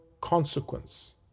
consequence